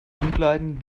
umkleiden